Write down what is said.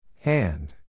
Hand